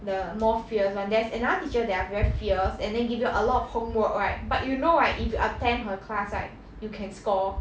the more fierce one there's another teacher there are very fierce and then give you a lot of homework right but you know right if you attend her class right you can score